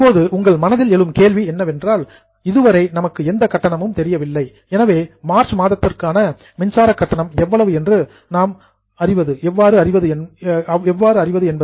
இப்போது உங்கள் மனதில் எழும் கேள்வி என்னவென்றால் இதுவரை நமக்கு எந்த கட்டணமும் தெரியவில்லை எனவே மார்ச் மாதத்திற்கான எலக்ட்ரிசிட்டி பில் மின்சார கட்டணம் எவ்வளவு என்று நாம் எவ்வாறு அறிவது